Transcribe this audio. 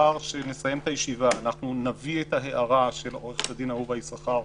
שנסיים את הישיבה נביא את ההערה של עורכת הדין אהובה יששכר,